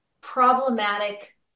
problematic